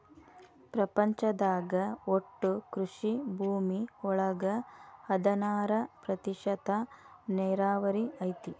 ಪ್ರಪಂಚದಾಗ ಒಟ್ಟು ಕೃಷಿ ಭೂಮಿ ಒಳಗ ಹದನಾರ ಪ್ರತಿಶತಾ ನೇರಾವರಿ ಐತಿ